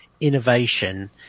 innovation